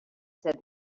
said